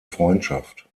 freundschaft